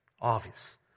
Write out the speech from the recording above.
Obvious